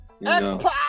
Xbox